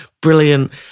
brilliant